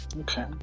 okay